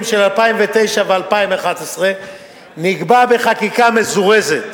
של 2009 ו-2010 נקבע בחקיקה מזורזת